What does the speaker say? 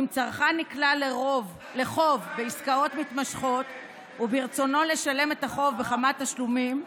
אם צרכן נקלע לחוב בעסקאות מתמשכות וברצונו לשלם את החוב בכמה תשלומים,